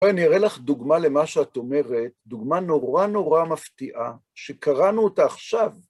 אני אראה לך דוגמה למה שאת אומרת, דוגמה נורא נורא מפתיעה, שקראנו אותה עכשיו.